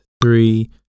three